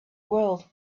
world